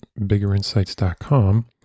biggerinsights.com